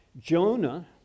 Jonah